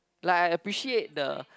like appreciate the